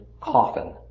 coffin